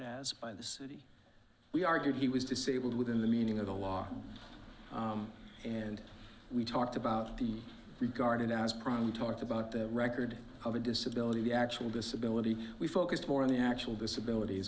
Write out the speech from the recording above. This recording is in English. as by the city we argued he was disabled within the meaning of the law and we talked about the regarded as probably talked about the record of a disability the actual disability we focused more on the actual disabilit